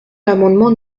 l’amendement